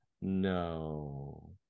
no